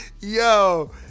Yo